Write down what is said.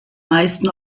meisten